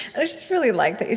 i just really liked that you